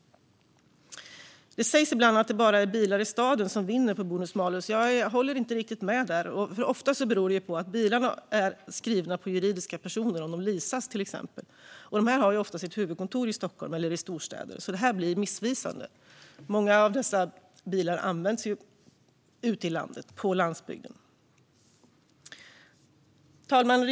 Det sägs ibland att det bara är bilar i staden som vinner på bonus-malus. Jag håller inte riktigt med om det. Ofta beror det på att bilar som leasas till exempel är skrivna på juridiska personer som oftast har sitt huvudkontor i Stockholm eller i storstäder. Därför blir detta missvisande. Många av dessa bilar används ju ute i landet, på landsbygden. Fru talman!